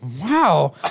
Wow